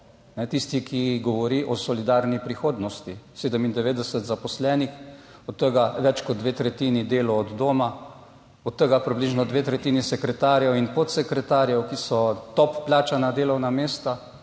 Tisti, ki govori o solidarni prihodnosti 97 zaposlenih, od tega več kot dve tretjini delo od doma, od tega približno dve tretjini sekretarjev in podsekretarjev, ki so top plačana delovna mesta,